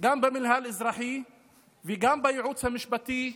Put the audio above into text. גם במינהל האזרחי וגם בייעוץ המשפטי.